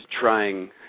trying